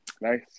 Nice